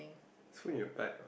so when you are back ah